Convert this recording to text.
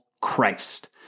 Christ